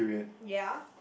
ya